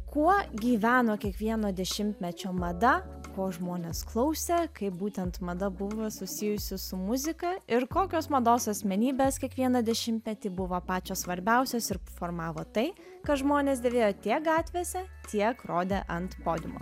kuo gyveno kiekvieno dešimtmečio mada ko žmonės klausė kaip būtent mada buvo susijusi su muzika ir kokios mados asmenybės kiekvieną dešimtmetį buvo pačios svarbiausios ir formavo tai ką žmonės dėvėjo tiek gatvėse tiek rodė ant podiumo